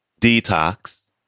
Detox